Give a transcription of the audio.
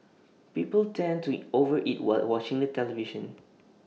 people tend to over eat while watching the television